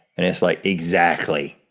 and it's like, exactly.